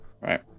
Right